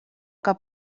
que